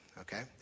Okay